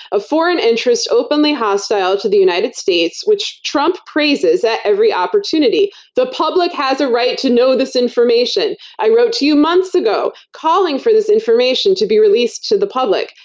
a foreign interest openly hostile the united states which trump praises at every opportunity. the public has a right to know this information. i wrote to you months ago, calling for this information to be released to the public.